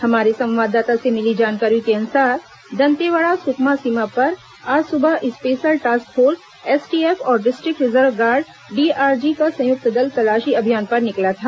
हमारे संवाददाता से मिली जानकारी के अनुसार दंतेवाड़ा सुकमा सीमा पर आज सुबह स्पेशल टास्क फोर्स एसटीएफ और डिस्ट्रिक्ट रिजर्व गार्ड डीआरजी का संयुक्त दल तलाशी अभियान पर निकला था